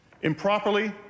improperly